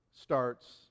starts